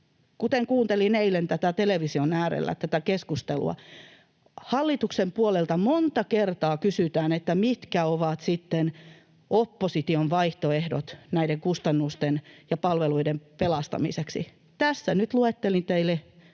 kuten kuuntelin eilen tätä keskustelua television äärellä, hallituksen puolelta monta kertaa kysytään, mitkä ovat sitten opposition vaihtoehdot näiden kustannusten ja palveluiden pelastamiseksi. Tässä nyt luettelin teille